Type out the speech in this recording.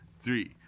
three